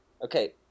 Okay